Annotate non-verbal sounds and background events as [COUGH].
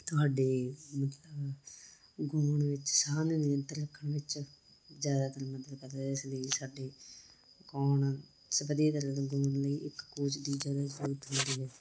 ਤੁਹਾਡੇ [UNINTELLIGIBLE] ਗਾਉਣ ਵਿੱਚ ਸਾਹ ਨਿਯੰਤਰਣ ਰੱਖਣ ਵਿੱਚ ਜ਼ਿਆਦਾਤਰ ਮਦਦ ਕਰਦਾ ਇਸਦੀ ਸਾਡੇ ਗਾਉਣ ਸਬੰਧੀ [UNINTELLIGIBLE] ਗਾਉਣ ਲਈ ਇੱਕ ਕੋਚ ਦੀ ਜ਼ਿਆਦਾ ਜ਼ਰੂਰਤ ਹੁੰਦੀ ਹੈ